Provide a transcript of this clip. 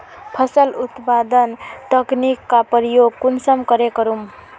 फसल उत्पादन तकनीक का प्रयोग कुंसम करे करूम?